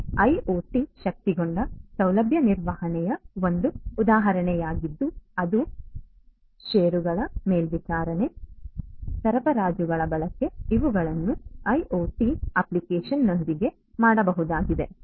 ಇದು ಐಒಟಿ ಶಕ್ತಗೊಂಡ ಸೌಲಭ್ಯ ನಿರ್ವಹಣೆಯ ಒಂದು ಉದಾಹರಣೆಯಾಗಿದ್ದು ಅದು ಷೇರುಗಳ ಮೇಲ್ವಿಚಾರಣೆ ಸರಬರಾಜುಗಳ ಬಳಕೆ ಇವುಗಳನ್ನು ಐಒಟಿ ಅಪ್ಲಿಕೇಶನ್ನೊಂದಿಗೆ ಮಾಡಬಹುದಾಗಿದೆ